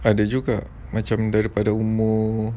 ada juga macam daripada umur